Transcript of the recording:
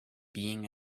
being